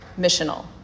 missional